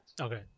Okay